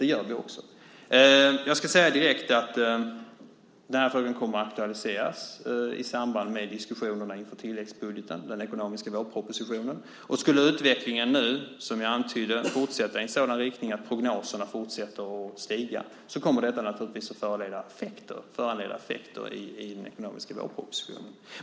Det gör vi också. Jag ska säga direkt att den här frågan kommer att aktualiseras i samband med diskussionerna inför tilläggsbudgeten, den ekonomiska vårpropositionen, och skulle utvecklingen nu, som jag antydde, fortsätta i en sådan riktning att prognoserna fortsätter stiga så kommer detta naturligtvis att föranleda effekter i den ekonomiska vårpropositionen.